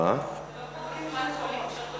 זה לא כמו בקופת-חולים, שעוברים לסוף התור?